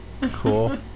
cool